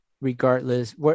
regardless